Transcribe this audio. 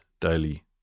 daily